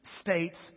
states